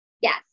Yes